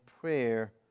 prayer